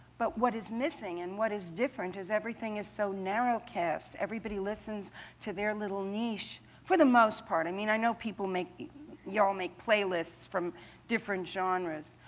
but what is missing and what is different is everything is so narrow cast. everybody listens to their little niche for the most part. i mean i know y'all make y'all make playlists from different genres.